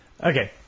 Okay